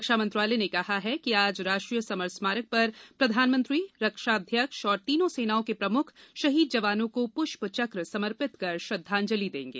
रक्षा मंत्रालय ने कहा कि आज राष्ट्रीय समर स्मारक पर प्रधानमंत्री रक्षा अध्यक्ष और तीनों सेनाओं के प्रमुख शहीद जवानों को पुष्प चक्र समर्पित कर श्रद्धांजलि देंगे